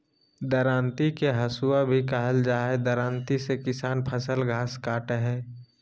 दरांती के हसुआ भी कहल जा हई, दरांती से किसान फसल, घास काटय हई